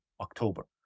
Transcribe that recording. October